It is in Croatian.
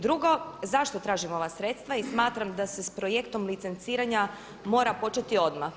Drugo, zašto tražim ova sredstva i smatram da se s projektom licenciranja mora početi odmah?